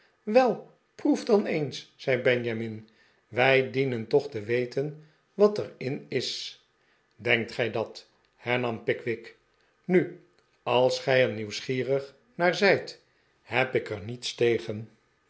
wel proef dan eens zei benjamin wij dienen toch te weten wat er in is denkt gij dat hernam pickwick nu als gij er nieuwsgierig naar zijt heb ik er niets tegen